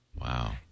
Wow